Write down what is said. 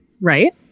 right